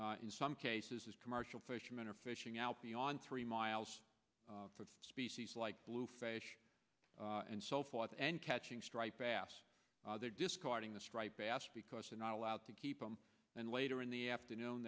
now in some cases is commercial fishermen are fishing out beyond three miles from species like blue fish and so forth and catching striped bass there discarding the striped bass because they're not allowed to keep them and later in the afternoon